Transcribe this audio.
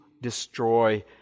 destroy